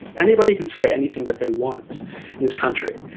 anybody can say anything that they want in this country,